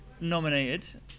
nominated